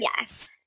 Yes